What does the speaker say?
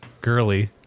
girly